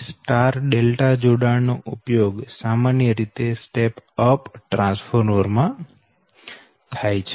તેથી star delta જોડાણ નો ઉપયોગ સામાન્ય રીતે સ્ટેપ ડાઉન ટ્રાન્સફોર્મર માં થાય છે